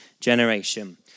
generation